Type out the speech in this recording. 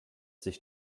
sich